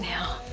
now